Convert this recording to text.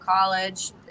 college